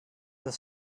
das